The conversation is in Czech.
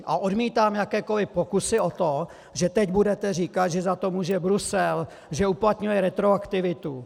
A odmítám jakékoli pokusy o to, že teď budete říkat, že za to může Brusel, že uplatňuje retroaktivitu.